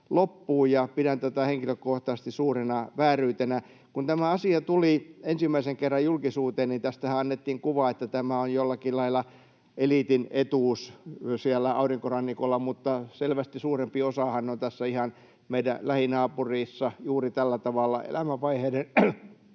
pidän tätä henkilökohtaisesti suurena vääryytenä. Kun tämä asia tuli ensimmäisen kerran julkisuuteen, niin tästähän annettiin kuva, että tämä on jollakin lailla eliitin etuus siellä Aurinkorannikolla. Mutta selvästi suurempi osahan on tässä ihan meidän lähinaapurissamme, juuri tällä tavalla elämänvaiheiden